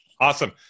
Awesome